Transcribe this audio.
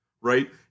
right